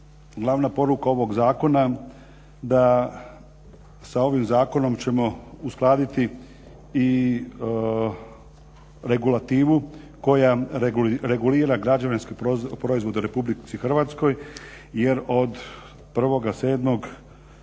glavna poruka ovoga Zakona da sa ovim zakonom ćemo uskladiti i regulativu koja regulira građevinske proizvode u Republici Hrvatskoj jer od 1. 7.